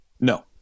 No